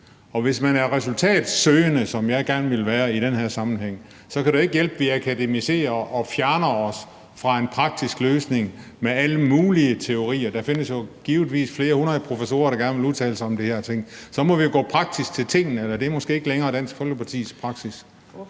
Og hvis man er resultatsøgende, som jeg gerne vil være i den her sammenhæng, så kan det jo ikke hjælpe, at vi akademiserer og fjerner os fra en praktisk løsning med alle mulige teorier. Der findes jo givetvis flere hundrede professorer, der gerne vil udtale sig om de her ting. Så må vi gå praktisk til tingene, men det er måske ikke længere Dansk Folkepartis praksis.